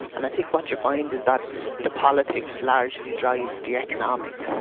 and i think what you find is that the politics largely drives the economics,